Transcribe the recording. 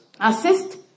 Assist